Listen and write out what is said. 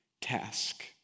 task